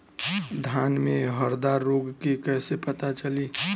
धान में हरदा रोग के कैसे पता चली?